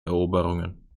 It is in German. eroberungen